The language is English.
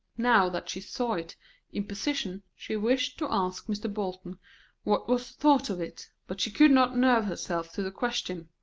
now that she saw it in position she wished to ask mr. bolton what was thought of it, but she could not nerve herself to the question.